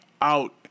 out